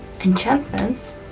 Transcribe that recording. Enchantments